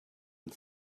and